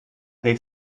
they